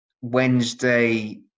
Wednesday